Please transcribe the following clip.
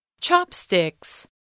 Chopsticks